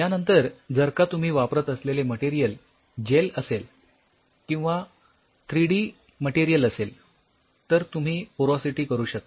यानंतर जर का तुम्ही वापरत असेलेले मटेरियल जेल असेल किंवा थ्री डी मटेरियल असेल तर तुम्ही पोरोसिमेट्री करू शकता